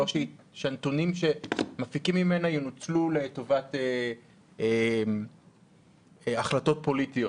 ושהנתונים שמפיקים ממנה ינוצלו לטובת החלטות פוליטיות.